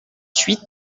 huit